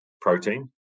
protein